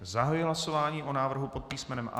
Zahajuji hlasování o návrhu pod písmenem A.